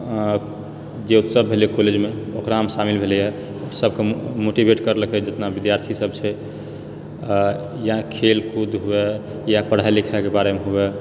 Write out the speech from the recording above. आँ जे उत्सव भेलय कॉलेजमे ओकरामे शामिल भेलेै हँ सबके मोटीवेट करलकेै जितना विद्यार्थी सब छै आ या खेलकूद हुए या पढ़ाइ लिखाइके बारेमे हुए